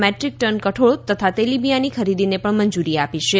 metric tonne કઠોળ તથા તેલિબીયાની ખરીદીને પણ મંજૂરી આપી છે